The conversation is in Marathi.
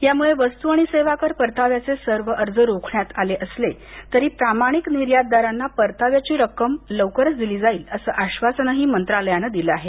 या मुळे वस्तू आणि सेवा कर परताव्याचे सर्व अर्ज रोखण्यात आले असले तरी प्रामाणिक निर्यातदारांना परतव्याची रक्कम लकरच दिली जाईल असं आश्वासनही मंत्रालयानं दिलं आहे